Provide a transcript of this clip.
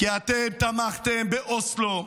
כי אתם תמכתם באוסלו,